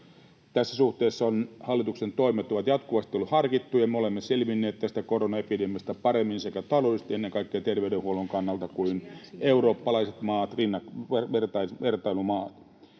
Tässä suhteessa hallituksen toimet ovat jatkuvasti olleet harkittuja, ja me olemme selvinneet tästä koronaepidemiasta paremmin sekä taloudellisesti että ennen kaikkea terveydenhuollon kannalta kuin eurooppalaiset maat, vertailumaat.